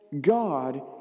God